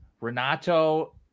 Renato